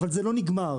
אבל, זה לא נגמר.